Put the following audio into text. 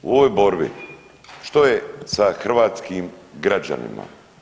U ovoj borbi, što je sa hrvatskim građanima?